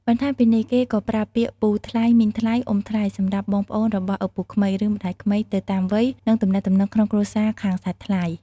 បន្ថែមពីនេះ គេក៏ប្រើពាក្យ ពូថ្លៃ មីងថ្លៃ អ៊ំថ្លៃ សម្រាប់បងប្អូនរបស់ឪពុកក្មេក ឬម្ដាយក្មេក ទៅតាមវ័យ និងទំនាក់ទំនងក្នុងគ្រួសារខាងសាច់ថ្លៃ។